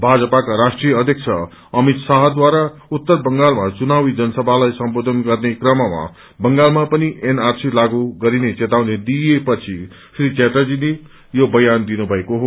भाजपाका राष्ट्रिय अध्यक्ष अमित शाहद्वारा उत्तर बंगालमा चुनावी जनसभालाई सम्बोधन गर्ने क्रममा बंगालमा पनि एनआरसी लागू गरिने चेतावनी दिइएपछि श्री च्याटर्जीले यो बयान दिनुभएको हो